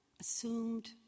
assumed